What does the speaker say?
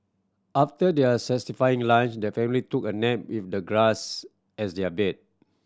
after their satisfying lunch the family took a nap with the grass as their bed